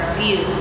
view